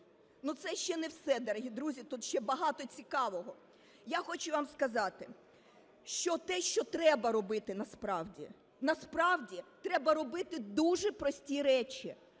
Но це ще не все, дорогі друзі. Тут ще багато цікавого. Я хочу вам сказати, що те, що треба робити насправді. Насправді треба робити дуже прості речі.